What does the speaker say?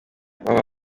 baba